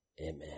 Amen